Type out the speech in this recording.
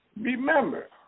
remember